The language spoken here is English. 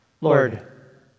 Lord